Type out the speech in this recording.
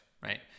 right